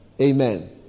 amen